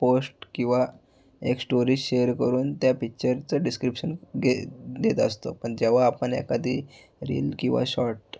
post किंवा एक story share करून त्या पिच्चरचं डिस्क्रिप्शन गे देत असतो पण जेव्हा आपण एखादी रील किंवा शॉर्ट